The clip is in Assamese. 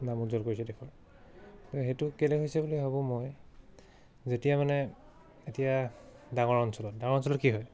নাম উজ্জ্বল কৰিছে দেশৰ সেইটো কেলৈ হৈছে বুলি ভাবোঁ মই যেতিয়া মানে এতিয়া ডাঙৰ অঞ্চলত ডাঙৰ অঞ্চলত কি হয়